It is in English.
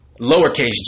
Lowercase